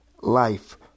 life